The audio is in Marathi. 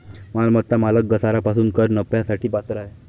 मालमत्ता मालक घसारा पासून कर नफ्यासाठी पात्र आहे